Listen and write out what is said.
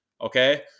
Okay